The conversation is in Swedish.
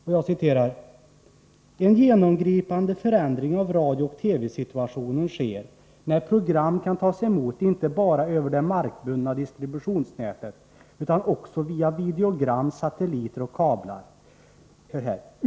Där står: ”En genomgripande förändring av radiooch TV-situationen sker när program kan tas emot inte bara över det markbundna distributionsnätet utan också via videogram, satelliter och kablar.